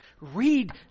Read